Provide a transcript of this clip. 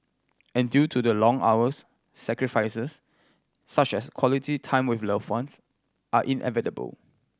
and due to the long hours sacrifices such as quality time with loved ones are inevitable